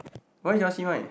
why yours see mine